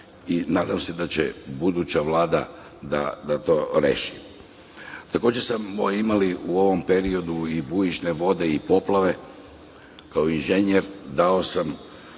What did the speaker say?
Nadam se da će buduća Vlada da to reši. Imali smo u ovom periodu i bujične vode i poplave. Kao inženjer dao sam